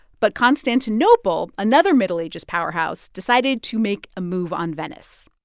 but constantinople, another middle ages powerhouse, decided to make a move on venice.